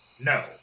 No